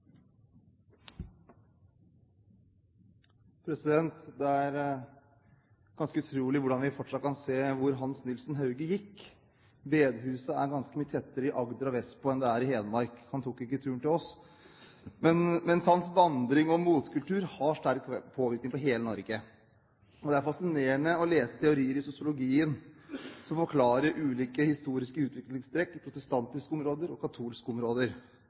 ganske utrolig hvordan vi fortsatt kan se hvor Hans Nielsen Hauge gikk. Bedehusene ligger ganske mye tettere i Agder og vestpå enn de er i Hedmark. Han tok ikke turen til oss. Men hans vandring og motkultur har hatt sterk påvirkning på hele Norge. Det er fascinerende å lese teorier i sosiologien som forklarer de ulike historiske utviklingstrekkene i protestantiske områder og